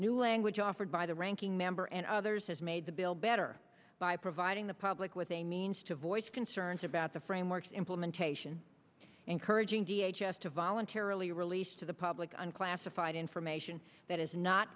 new language offered by the ranking member and others has made the bill better by providing the public with a means to voice concerns about the framework's implementation encouraging v h s to voluntarily release to the public and classified information that is not